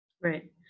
Right